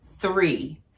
Three